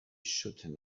should